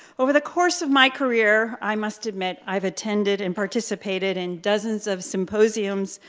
over the course of my career, i must admit i've attended and participated in dozens of symposiums,